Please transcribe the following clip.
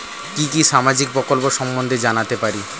কি কি সামাজিক প্রকল্প সম্বন্ধে জানাতে পারি?